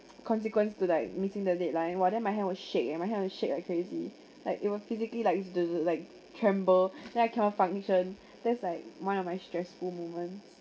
consequence to like meeting the deadline !wah! then my hand will shake and my hand will shake like crazy like it will physically like it's the the like tremble then I cannot function that's like one of my stressful moments